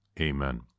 Amen